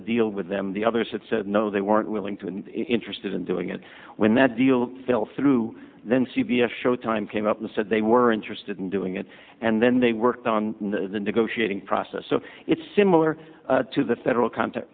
a deal with them the other side said no they weren't willing to interested in doing it when that deal fell through then c b s showtime came up and said they were interested in doing it and then they worked on the negotiating process so it's similar to the federal contract